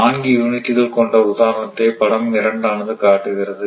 நான்கு யூனிட்டுகள் கொண்ட உதாரணத்தை படம் 2 ஆனது காட்டுகிறது